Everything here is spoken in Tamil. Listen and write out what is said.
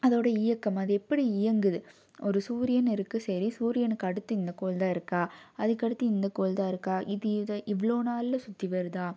அதோட இயக்கம் அது எப்படி இயங்குது ஒரு சூரியன் இருக்குது சரி சூரியனுக்கு அடுத்து இந்த கோள் தான் இருக்கா அதுக்கடுத்து இந்த கோள் தான் இருக்கா இது இதை இவ்வளோ நாளில் சுற்றி வருதா